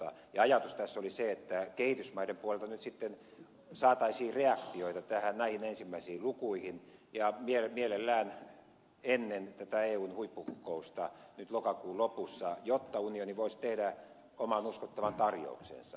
ajatus tässä oli se että kehitysmaiden puolelta nyt sitten saataisiin reaktioita näihin ensimmäisiin lukuihin ja mielellään ennen tätä eun huippukokousta nyt lokakuun lopussa jotta unioni voisi tehdä oman uskottavan tarjouksensa